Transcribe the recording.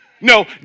No